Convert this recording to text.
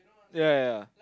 ya ya ya